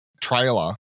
trailer